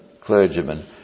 clergymen